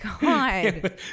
god